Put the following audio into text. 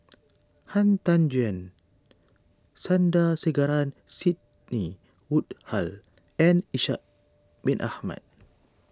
Han Tan Juan Sandrasegaran Sidney Woodhull and Ishak Bin Ahmad